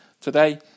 today